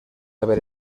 haber